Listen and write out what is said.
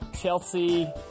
Chelsea